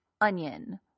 onion